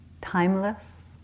timeless